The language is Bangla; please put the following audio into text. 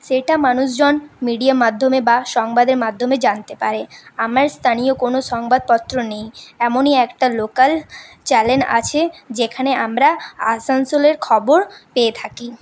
সেটা মানুষজন মিডিয়া মাধ্যমে বা সংবাদের মাধ্যমে জানতে পারে আমার স্থানীয় কোন সংবাদপত্র নেই এমনই একটা লোকাল চ্যানেল আছে যেখানে আমরা আসানসোলের খবর পেয়ে থাকি